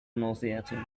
nauseating